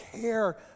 care